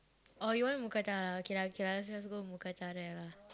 or you want mookata lah okay lah okay lah let's go mookata there lah